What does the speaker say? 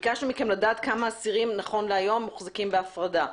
ביקשנו מכם לדעת כמה אסירים נכון להיום מוחזקים בהפרדה.